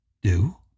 Do